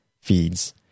feeds